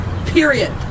period